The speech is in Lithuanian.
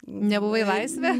nebuvai laisvė